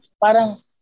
Parang